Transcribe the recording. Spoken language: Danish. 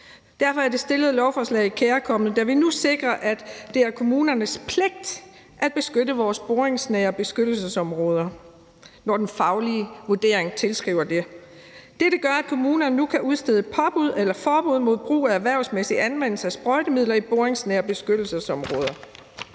Derfor er det stillede lovforslag kærkomment, da vi nu sikrer, at det er kommunernes pligt at beskytte vores boringsnære beskyttelsesområder, når den faglige vurdering tilskriver det. Dette gør, at kommunerne nu kan udstede påbud eller forbud mod brug af erhvervsmæssig anvendelse af sprøjtemidler i boringsnære beskyttelsesområder.